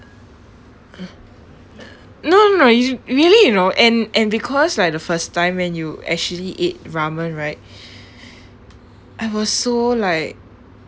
uh no no really you know and and because like the first time when you actually ate ramen right I was so like